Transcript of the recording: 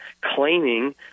claiming